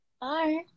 Bye